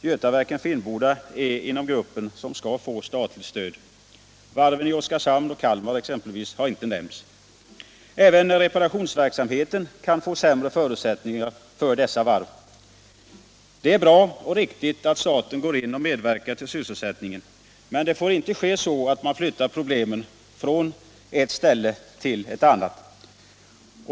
Götaverken Finnboda tillhör den grupp som skall få statligt stöd. Varven i exempelvis Oskarshamn och Kalmar har inte nämnts. Vid dessa varv kan även förutsättningarna för reparationsverksamheten komma att försämras. Det är bra och riktigt att staten medverkar till att upprätthålla sysselsättningen, men det får inte ske på det sättet att man flyttar problemen från ett ställe till ett annat.